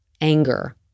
anger